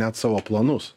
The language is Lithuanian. net savo planus